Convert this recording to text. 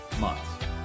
months